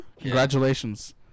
Congratulations